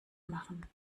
machen